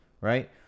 right